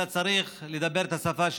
אתה צריך לדבר את השפה שלו.